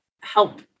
help